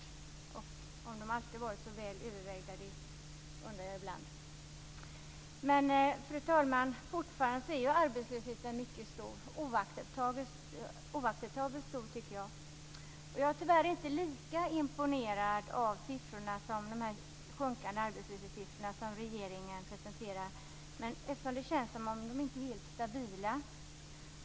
Jag undrar ibland om de alltid har varit så väl övervägda. Fru talman! Fortfarande är arbetslösheten mycket stor. Jag tycker att den är oacceptabelt stor. Jag är tyvärr inte lika imponerad av de sjunkande arbetslöshetssiffrorna som regeringen presenterar. Det känns som om de inte är helt stabila.